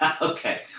Okay